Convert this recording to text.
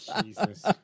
Jesus